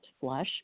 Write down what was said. flush